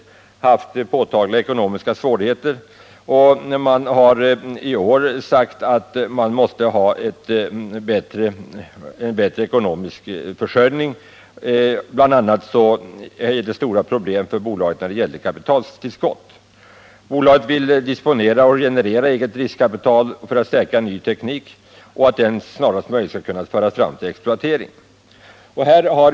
Det har haft påtagliga ekonomiska svårigheter, och man har där i år sagt att man måste få en bättre ekonomisk försörjning. Bl.a. är det stora problem för bolaget när det gäller kapitaltillskott. Bolaget vill disponera och generera eget riskkapital för att stärka en ny teknik, så att den snarast möjligt skall kunna föras fram till exploatering.